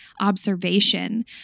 observation